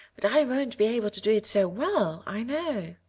but i won't be able to do it so well, i know.